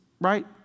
right